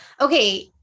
Okay